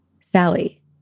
Sally